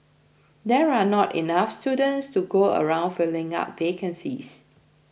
there are not enough students to go around filling up vacancies